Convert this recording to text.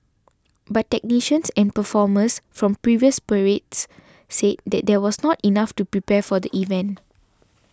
but technicians and performers from previous parades said that was not enough to prepare for the event